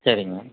சரிங்க